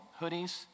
hoodies